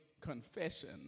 confession